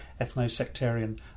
ethno-sectarian